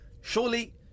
surely